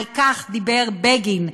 על כך דיבר בגין.